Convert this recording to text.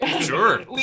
sure